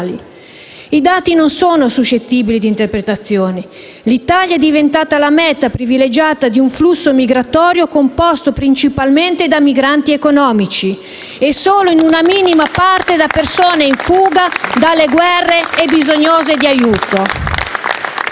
I dati non sono suscettibili di interpretazioni: l'Italia è diventata la meta privilegiata di un flusso migratorio composto principalmente da migranti economici, e solo in una minima parte da persone in fuga dalle guerre e bisognose di aiuto.